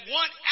one